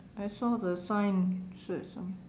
I saw the sign said some